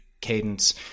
Cadence